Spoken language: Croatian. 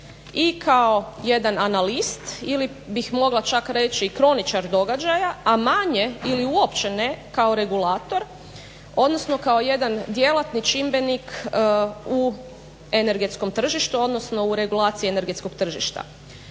i kao jedan analist ili bih mogla čak reći i kroničar događaja, a manje ili uopće ne kao regulator, odnosno kao jedan djelatni čimbenik u energetskom tržištu, odnosno u regulaciji energetskog tržišta.